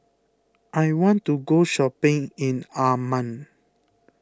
I want to go shopping in Amman